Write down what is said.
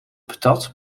patat